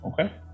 Okay